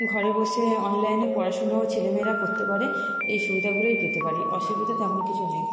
ঘরে বসে অনলাইনে পড়াশুনো ছেলে মেয়েরা করতে পারে এই সুবিধাগুলোই পেতে পারি অসুবিধা তেমন কিছু নেই